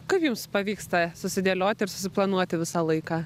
kaip jums pavyksta susidėlioti ir susiplanuoti visą laiką